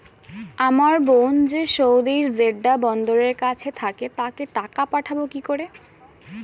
আমার বোন যে সৌদির জেড্ডা বন্দরের কাছে থাকে তাকে টাকা পাঠাবো কি করে?